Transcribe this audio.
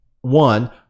one